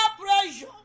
pressure